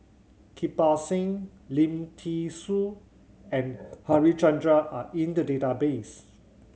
Kirpal Singh Lim Thean Soo and Harichandra are in the database